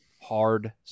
hard